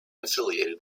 affiliated